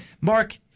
Mark